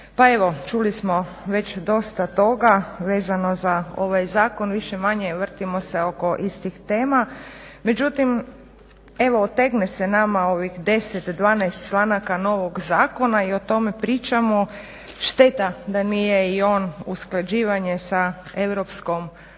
čuli smo već dosta toga vezano za ovaj zakon. Više-manje vrtimo se oko istih tema. Međutim, evo otegne se nama 10, 12 članaka novog zakona i o tome pričamo. Šteta da nije i on usklađivanje sa EU i